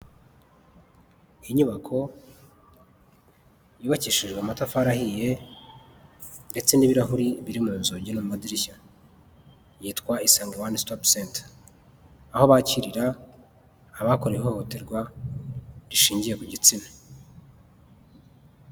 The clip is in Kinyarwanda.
Inyubako yubakishijwe amatafari ahiye, ndetse n'ibirahuri biri mu nzugi no mu madirishya. Iitwa isange wani sitopu senta. Aho bakirira abakorewe ihohoterwa rishingiye ku gitsina.